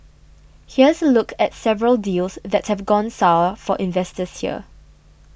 here's a look at several deals that have gone sour for investors here